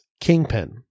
Kingpin